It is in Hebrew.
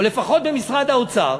או לפחות במשרד האוצר,